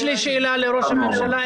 יש לי שאלה לראש הממשלה,